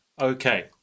Okay